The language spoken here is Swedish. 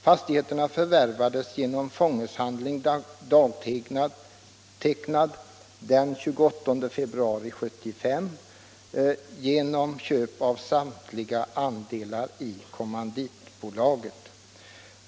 Fastigheterna förvärvades genom fångeshandling dagtecknad den 28 februari 1975 genom köp av samtliga andelar i kommanditbolaget.